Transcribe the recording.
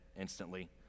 instantly